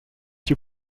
you